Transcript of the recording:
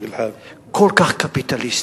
כל כך קפיטליסטי.